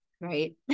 right